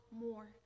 more